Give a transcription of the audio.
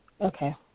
Okay